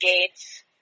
gates